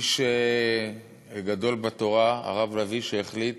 איש גדול בתורה, הרב לביא, שהחליט,